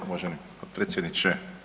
Uvaženi potpredsjedniče.